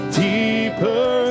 deeper